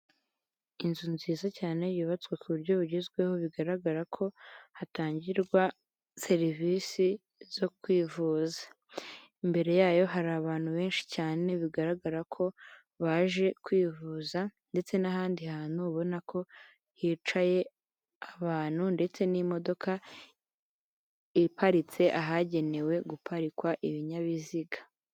Inzu nziza cyane yubatswe ku buryo bugezweho bigaragara ko hatangirwa serivisi zo kwivuza, imbere yayo hari abantu benshi cyane bigaragara ko baje kwivuza ndetse n'ahandi hantu ubona ko hicaye abantu ndetse n'imodoka, iparitse ahagenewe guparikwa ibinyabiziga.